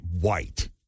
white